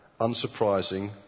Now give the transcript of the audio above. unsurprising